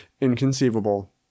inconceivable